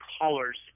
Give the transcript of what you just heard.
colors